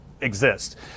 exist